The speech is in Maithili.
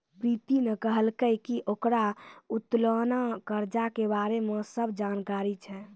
प्रीति ने कहलकै की ओकरा उत्तोलन कर्जा के बारे मे सब जानकारी छै